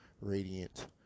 radiant